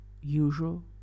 usual